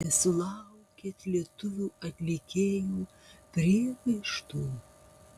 nesulaukėt lietuvių atlikėjų priekaištų